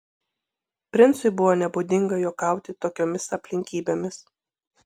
princui buvo nebūdinga juokauti tokiomis aplinkybėmis